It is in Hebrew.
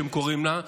הם קוראים לה,